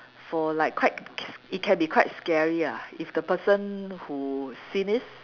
for like quite s~ it can be quite scary ah if the person who seen it